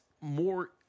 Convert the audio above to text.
more